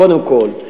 קודם כול,